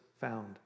found